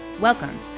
Welcome